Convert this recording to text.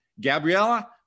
Gabriella